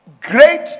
great